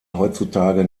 heutzutage